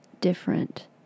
different